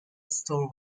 store